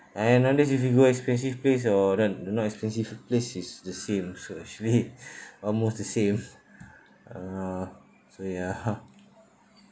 and nowadays if you go expensive place or not not expensive place it's the same so actually almost the same I don't know so ya